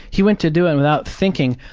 he went to do it without thinking.